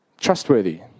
Trustworthy